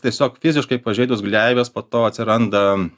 tiesiog fiziškai pažeidus gleives po to atsiranda